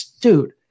dude